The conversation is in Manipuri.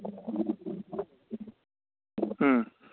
ꯎꯝ